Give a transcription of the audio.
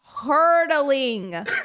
hurdling